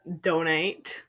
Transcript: donate